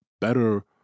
better